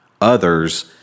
others